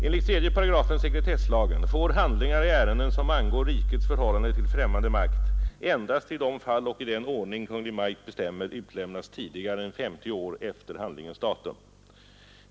Enligt 3 § sekretesslagen får handlingar i ärenden, som angår rikets förhållande till främmande makt, endast i de fall och i den ordning Kungl. Maj:t bestämmer utlämnas tidigare än 50 år efter handlingens datum.